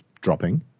dropping